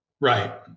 Right